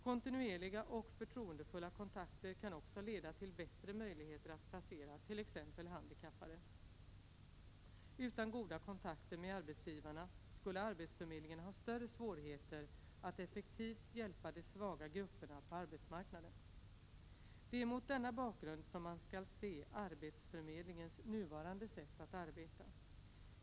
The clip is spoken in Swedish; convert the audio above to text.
Kontinuerliga och förtroendefulla kontakter kan också leda till bättre möjligheter att placera t.ex. handikappade. Utan goda kontakter med arbetsgivarna skulle arbetsförmedlingen ha större svårigheter att effektivt hjälpa de svaga grupperna på arbetsmarknaden. Det är mot denna bakgrund som man skall se arbetsförmedlingens nuvarande sätt att arbeta.